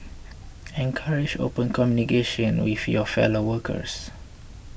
encourage open communication with your fellow workers